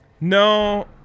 No